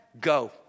go